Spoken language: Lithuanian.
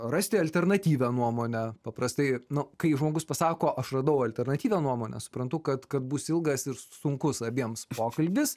rasti alternatyvią nuomonę paprastai nu kai žmogus pasako aš radau alternatyvią nuomonę suprantu kad kad bus ilgas ir sunkus abiems pokalbis